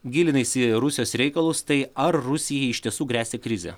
gilinasi į rusijos reikalus tai ar rusijai iš tiesų gresia krizė